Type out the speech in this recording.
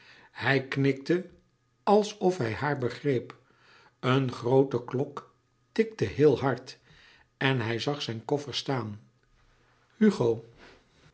hij knikte alsof hij haar begreep een groote klok tikte heel hard en hij zag zijne koffers staan hugo